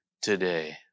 today